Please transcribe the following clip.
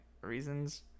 reasons